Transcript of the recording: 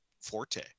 forte